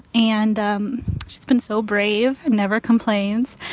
and um she's been so brave and never complains.